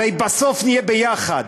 הרי בסוף נהיה ביחד.